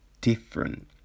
different